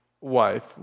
wife